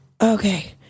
okay